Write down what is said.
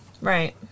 Right